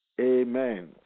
Amen